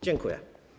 Dziękuję.